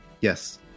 Yes